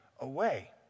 away